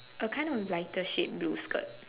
a kind of lighter shade blue skirt